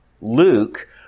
Luke